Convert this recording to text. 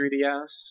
3DS